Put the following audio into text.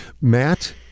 Matt